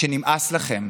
שנמאס לכם.